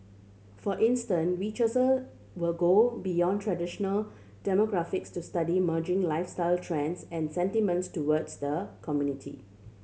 for instance researcher will go beyond traditional demographics to study emerging lifestyle trends and sentiments towards the community